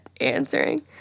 answering